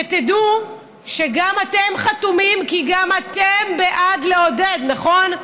שתדעו שגם אתם חתומים כי גם אתם בעד לעודד, נכון?